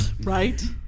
Right